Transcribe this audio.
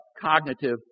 cognitive